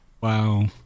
wow